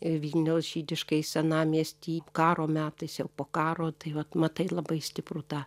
vilniaus žydiškąjį senamiestį karo metais jau po karo tai vat matai labai stiprų tą